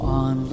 on